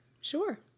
Sure